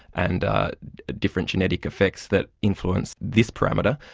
and different genetic effects that influence this parameter.